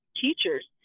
teachers